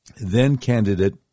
then-candidate